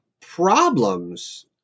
problems